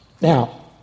Now